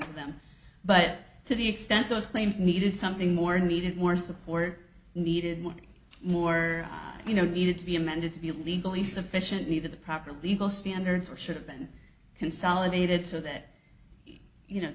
to them but to the extent those claims needed something more needed more support needed money more you know needed to be amended to be legally sufficient neither the proper legal standards or should have been consolidated so that you know